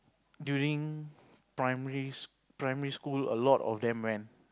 during primary primary school a lot of them went